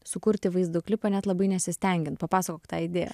sukurti vaizdo klipą net labai nesistengiant papasakok tą idėją